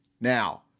Now